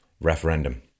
referendum